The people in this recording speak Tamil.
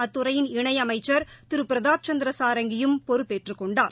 அத்துறையின் இணைஅமைச்சர் திருபிரதாப் சுந்திரசாரங்கியும் பொறுப்பேற்றுக் அவருடன் கொண்டார்